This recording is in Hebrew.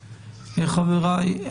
חבריי,